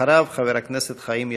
אחריו, חבר הכנסת חיים ילין.